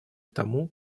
тому